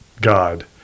God